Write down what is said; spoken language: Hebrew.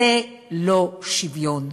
זה לא שוויון,